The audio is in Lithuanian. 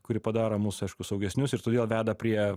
kuri padaro mus aišku saugesnius ir todėl veda prie